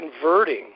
converting